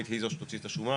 זה במה?